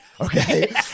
okay